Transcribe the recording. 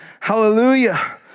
Hallelujah